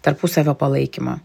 tarpusavio palaikymo